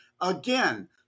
Again